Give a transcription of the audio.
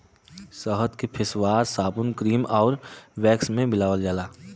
शहद के फेसवाश, साबुन, क्रीम आउर वैक्स में मिलावल जाला